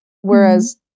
whereas